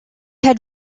had